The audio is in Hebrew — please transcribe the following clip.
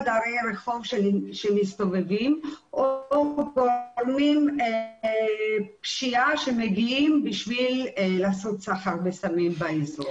דיירי הרחוב שמסתובבים או פשיעה שמגיעים בשביל לעשות סחר סמים באזור.